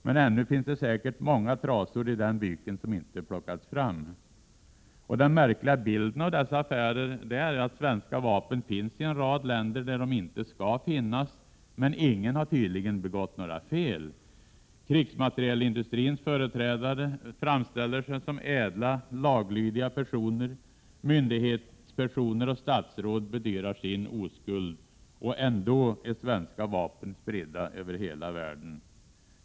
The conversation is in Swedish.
Men ännu finns säkert många trasor i den byken som inte plockats fram. Den märkliga bilden av dessa affärer är att svenska vapen finns i en rad länder där de inte skall finnas men tydligen ingen har begått några fel! Krigsmaterielindustrins företrädare framställer sig som ädla, laglydiga personer, myndighetpersoner och statsråd bedyrar sin oskuld — och ändå är svenska vapen spridda över hela världen.